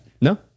No